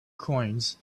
coins